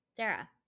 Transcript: Sarah